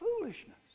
foolishness